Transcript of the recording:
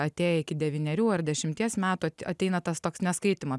atėję iki devynerių ar dešimties metų ateina tas toks neskaitymo